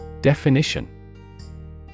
Definition